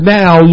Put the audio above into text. now